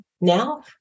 now